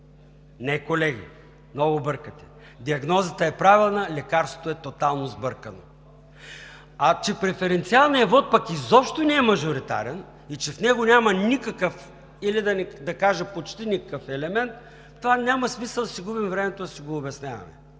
Не, колеги. Много бъркате. Диагнозата е правилна, лекарството е тотално сбъркано. А че преференциалният вот изобщо не е мажоритарен и в него няма никакъв, или да не кажа почти никакъв елемент, това няма смисъл да си губим времето да си го обясняваме.